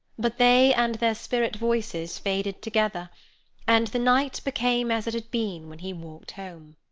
but they and their spirit voices faded together and the night became as it had been when he walked home.